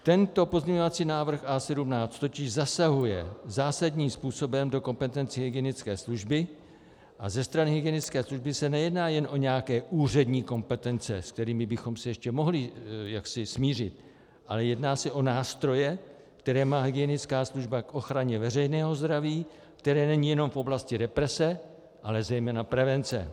Tento pozměňovací návrh A17 totiž zasahuje zásadním způsobem do kompetencí hygienické služby a ze strany hygienické služby se nejedná jen o nějaké úřední kompetence, se kterými bychom se ještě mohli jaksi smířit, ale jedná se o nástroje, které má hygienická služba k ochraně veřejného zdraví, které není jen v oblasti represe, ale zejména prevence.